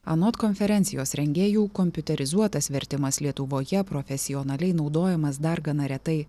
anot konferencijos rengėjų kompiuterizuotas vertimas lietuvoje profesionaliai naudojamas dar gana retai